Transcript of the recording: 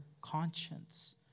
conscience